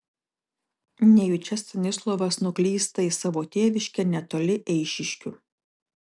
nejučia stanislovas nuklysta į savo tėviškę netoli eišiškių